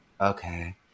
okay